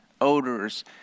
odors